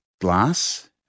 glass